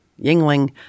Yingling